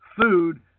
food